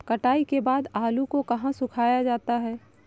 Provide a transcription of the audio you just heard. कटाई के बाद आलू को कहाँ सुखाया जाता है?